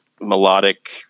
melodic